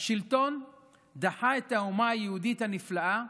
השלטון דחה את האומה היהודית הנפלאה,